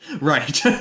right